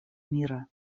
мира